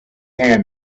hand